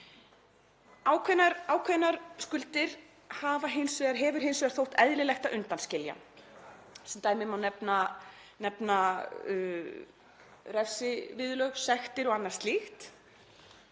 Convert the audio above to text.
Ákveðnar skuldir hefur hins vegar þótt eðlilegt að undanskilja. Sem dæmi má nefna refsiviðurlög, sektir og annað slíkt.